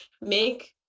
make